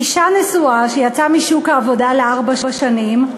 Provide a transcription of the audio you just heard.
אישה נשואה שיצאה משוק העבודה לארבע שנים,